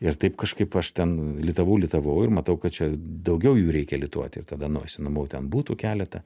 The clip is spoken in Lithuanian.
ir taip kažkaip aš ten litavau litavau ir matau kad čia daugiau jų reikia lituoti ir tada nu išsinuomavau ten butų keletą